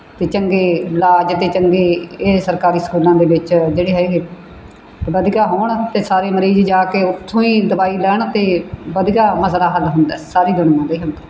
ਤਾਂ ਚੰਗੇ ਇਲਾਜ ਅਤੇ ਚੰਗੇ ਇਹ ਸਰਕਾਰੀ ਸਕੂਲਾਂ ਦੇ ਵਿੱਚ ਜਿਹੜੇ ਹੈਗੇ ਵਧੀਆ ਹੋਣ ਅਤੇ ਸਾਰੇ ਮਰੀਜ਼ ਜਾ ਕੇ ਉੱਥੋਂ ਹੀ ਦਵਾਈ ਲੈਣ ਤਾਂ ਵਧੀਆ ਮਸਲਾ ਹੱਲ ਹੁੰਦਾ ਸਾਰੀ ਦੁਨੀਆ ਦੇ ਹੁੰਦੇ